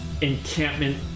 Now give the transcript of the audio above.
encampment